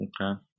Okay